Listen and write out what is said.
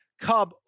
cub